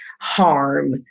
harm